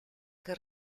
che